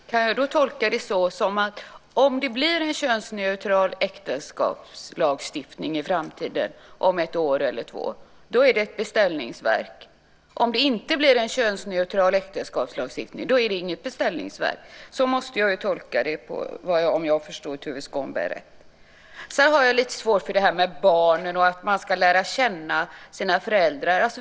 Herr talman! Kan jag tolka det som så att om det blir en könsneutral äktenskapslagstiftning i framtiden, om ett eller två år, då är det ett beställningsverk men om det inte blir en könsneutral äktenskapslagstiftning är det inget beställningsverk? Så måste jag tolka det, om jag förstod Tuve Skånberg rätt. Sedan har jag lite svårt för det här med barn och att man ska lära känna sina föräldrar.